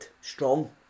strong